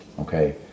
Okay